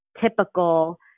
typical